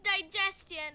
digestion